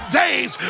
days